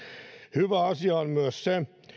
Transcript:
hyvä asia on myös se